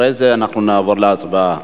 ואחרי זה אנחנו נעבור להצבעה.